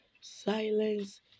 silence